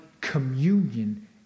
communion